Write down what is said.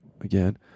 again